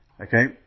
Okay